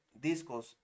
discos